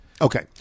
Okay